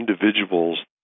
individuals